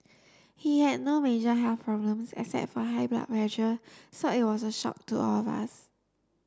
he had no major health problems except for high blood pressure so it was a shock to all of us